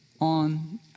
on